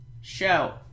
show